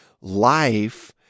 life